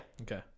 okay